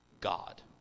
God